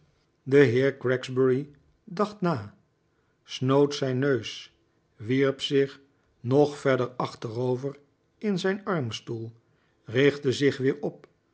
de heer gregsbury dacht na snoot zijn neus wierp zich nog verder achterover in zijn armstoel richtte zich weer op